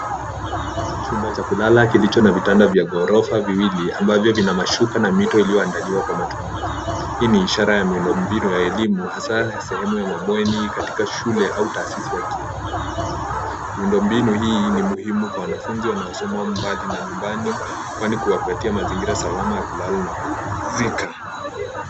Naona chumba cha kulala kilicho na vitanda vya ghorofa viwili ambavyo vina mashuka na mito iliyoandaliwa kwa matumizi hii ni ishara ya miundo mbinu ya elimu hasa sehemu ya mabweni katika shule au taasisi ya kielimu miundo mbinu hii ni muhimu kwa wanafunzi wanaosoma mbali na nyumbani kwani kuwapatia mazingira salama ya kulala na kuzika.